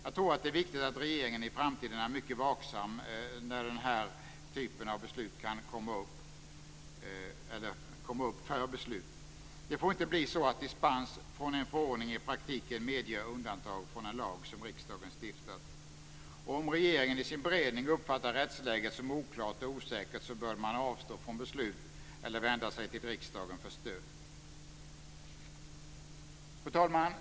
Jag tror att det är viktigt att regeringen i framtiden är mycket vaksam i den här typen av beslut. Det får inte bli så att dispens från en förordning i praktiken medger undantag från en lag som riksdagen stiftat. Om regeringen i sin beredning uppfattar rättsläget som oklart och osäkert, bör man avstå från beslut eller vända sig till riksdagen för stöd. Fru talman!